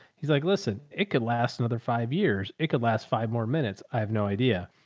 he's like, listen, it could last another five years. it could last five more minutes. i have no idea.